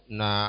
na